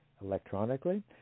Electronically